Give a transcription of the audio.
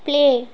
play